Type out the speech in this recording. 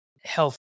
health